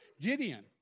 Gideon